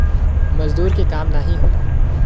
मजदूर के काम नाही होला